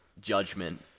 judgment